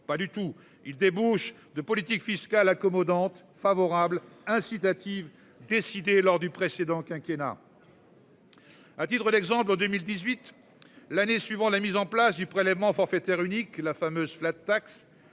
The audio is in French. Pas du tout il débouche de politique fiscale accommodante favorable incitatives décidées lors du précédent quinquennat.-- À titre d'exemple, en 2018, l'année suivant la mise en place du prélèvement forfaitaire unique la fameuse flat tax.